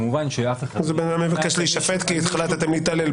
כמובן שלאף אחד --- אז הבן אדם יבקש להישפט כי --- מתעלל בו,